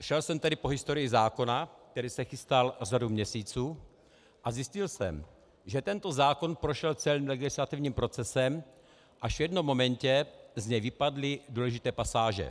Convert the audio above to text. Šel jsem tedy po historii zákona, který se chystal řadu měsíců, a zjistil jsem, že tento zákon prošel celým legislativním procesem, až v jednom momentě z něj vypadly důležité pasáže.